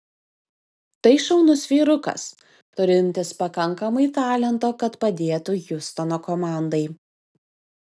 tai šaunus vyrukas turintis pakankamai talento kad padėtų hjustono komandai